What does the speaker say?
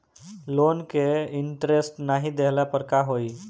Loan के interest नाही देहले पर का होई?